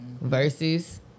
Versus